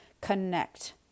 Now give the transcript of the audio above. connect